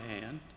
hand